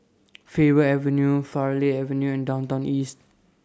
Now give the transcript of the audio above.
Faber Avenue Farleigh Avenue and Downtown East